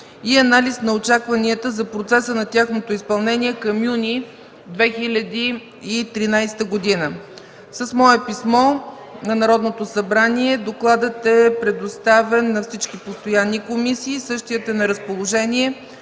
и анализ на очакванията за процеса на тяхното изпълнение към месец юни 2013 г. С мое писмо на Народното събрание докладът е предоставен на всички постоянни комисии. Същият е на разположение